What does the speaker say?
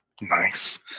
Nice